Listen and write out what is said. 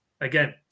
again